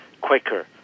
quicker